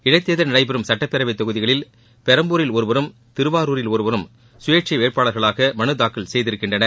இடைத் தேர்தல் நடைபெறும் சுட்டப் பேரவைத் தொகுதிகளில் பெரம்பூரில் ஒருவரும் திருவாரூரில் ஒருவரும் சுயேட்சை வேட்பாளர்களாக மனுத் தாக்கல் செய்திருக்கின்றனர்